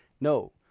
No